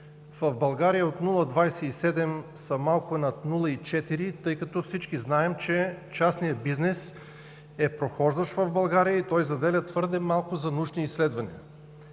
В България от 0,27 са малко над 0,4%, тъй като всички знаем, че частният бизнес в България е прохождащ и заделя твърде малко за научни изследвания.